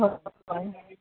हय हय